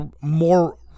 more